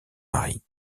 mari